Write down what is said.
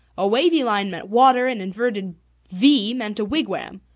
a wavy line meant water, an inverted v meant a wigwam.